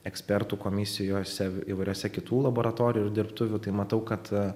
ekspertų komisijose įvairiose kitų laboratorijų ir dirbtuvių tai matau kad